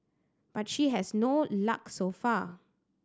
but she has no luck so far